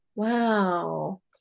Wow